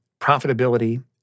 profitability